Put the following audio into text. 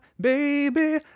baby